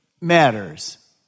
matters